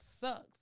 sucks